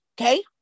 okay